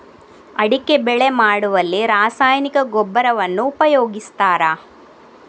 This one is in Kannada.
ಅಡಿಕೆ ಬೆಳೆ ಮಾಡುವಲ್ಲಿ ರಾಸಾಯನಿಕ ಗೊಬ್ಬರವನ್ನು ಉಪಯೋಗಿಸ್ತಾರ?